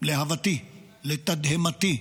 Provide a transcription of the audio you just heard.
לתדהמתי,